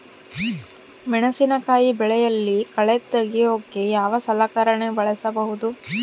ಮೆಣಸಿನಕಾಯಿ ಬೆಳೆಯಲ್ಲಿ ಕಳೆ ತೆಗಿಯೋಕೆ ಯಾವ ಸಲಕರಣೆ ಬಳಸಬಹುದು?